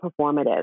performative